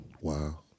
Wow